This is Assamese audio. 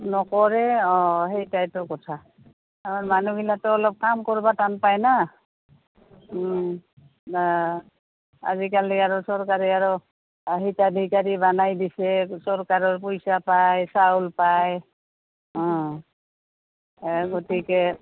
নকৰে অঁ সেইটাইতো কথা আমাৰ মানুহবিলাকেতো অলপ কাম কৰিব টান পায় না আজিকালি আৰু চৰকাৰে আৰু হিতাধিকাৰী বনাই দিছে চৰকাৰৰ পইচা পায় চাউল পায় অঁ গতিকে